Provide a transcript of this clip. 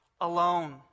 alone